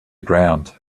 ground